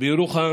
בירוחם